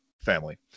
family